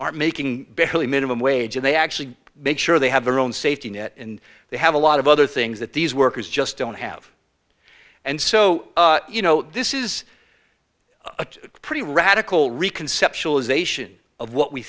are making barely minimum wage and they actually make sure they have their own safety net and they have a lot of other things that these workers just don't have and so you know this is a pretty radical